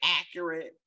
accurate